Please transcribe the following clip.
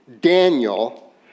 Daniel